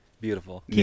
Beautiful